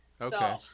Okay